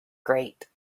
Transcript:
great